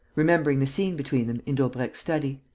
remembering the scene between them in daubrecq's study.